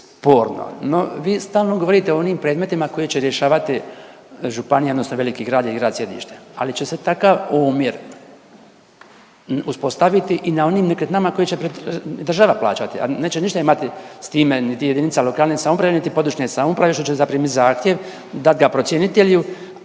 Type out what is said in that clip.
sporno, no vi stalno govorite o onim predmetima koji će rješavati županija odnosno veliki grad ili grad sjedište, ali će se takav omjer uspostaviti i na onim nekretninama koje će država plaćati, a neće ništa imati s time niti jedinica lokalne samouprave niti područne samouprave, što će zaprimiti zahtjev, dat ga procjenitelju,